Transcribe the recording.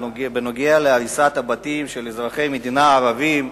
בנוגע להריסת הבתים של אזרחי המדינה הערבים,